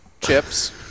chips